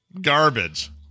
Garbage